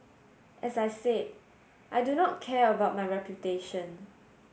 as I said I do not care about my reputation